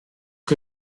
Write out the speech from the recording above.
que